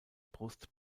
brust